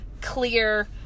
clear